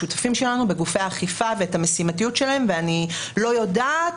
את השותפים שלנו בגופי האכיפה ואת המשימתיות שלהם ואני לא יודעת